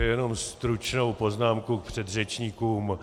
Jenom stručnou poznámku k předřečníkům.